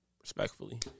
Respectfully